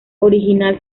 original